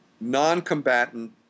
non-combatant